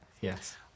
Yes